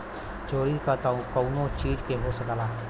चोरी त कउनो चीज के हो सकला